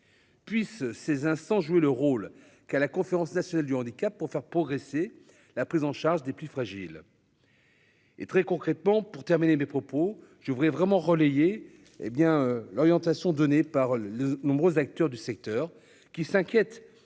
puisse ces hein sans jouer le rôle qu'à la conférence nationale du handicap pour faire progresser la prise en charge des plus fragiles et très concrètement pour terminer mes propos, je voudrais vraiment, hé bien l'orientation donnée par le nombreux acteurs du secteur qui s'inquiètent,